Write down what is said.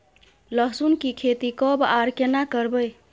लहसुन की खेती कब आर केना करबै?